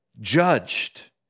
judged